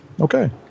Okay